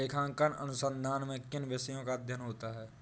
लेखांकन अनुसंधान में किन विषयों का अध्ययन होता है?